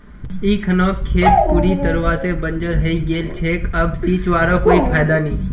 इखनोक खेत पूरी तरवा से बंजर हइ गेल छेक अब सींचवारो कोई फायदा नी